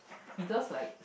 he does like